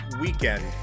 weekend